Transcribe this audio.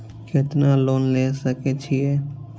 केतना लोन ले सके छीये?